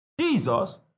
jesus